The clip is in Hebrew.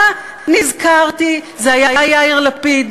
אה, נזכרתי, זה היה יאיר לפיד.